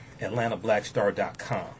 AtlantaBlackStar.com